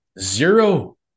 Zero